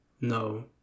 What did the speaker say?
No